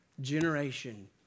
generation